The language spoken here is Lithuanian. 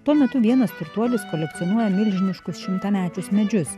tuo metu vienas turtuolis kolekcionuoja milžiniškus šimtamečius medžius